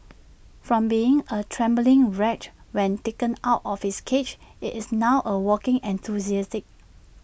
from being A trembling wreck when taken out of its cage IT is now A walking enthusiast